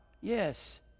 yes